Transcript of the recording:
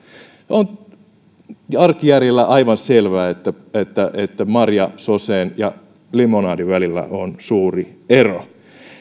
on arkijärjellä aivan selvää että että marjasoseen ja limonadin välillä on suuri ero